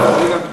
לא.